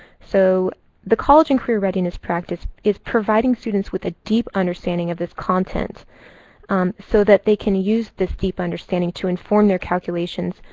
so the college and career readiness practice is providing students with a deep understanding of this content so that they can use this deep understanding to inform their calculations,